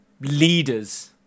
leaders